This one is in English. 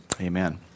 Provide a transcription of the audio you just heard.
Amen